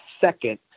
second